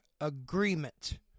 agreement